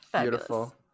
Beautiful